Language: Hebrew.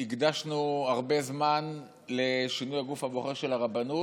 שהקדשנו הרבה זמן לשינוי הגוף הבוחר של הרבנות.